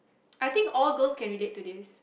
I think all girls can relate to this